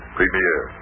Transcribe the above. Premier